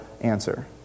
answer